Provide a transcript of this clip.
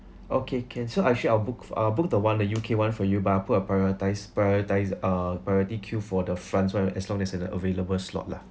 okay can so I shall I book uh book the one that U_K one for you but I put a prioritize prioritize uh priority queue for the france one as long as there are available slot lah